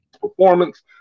performance